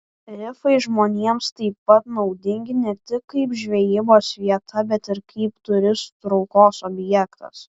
rifai žmonėms taip pat naudingi ne tik kaip žvejybos vieta bet ir kaip turistų traukos objektas